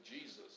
Jesus